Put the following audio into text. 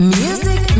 music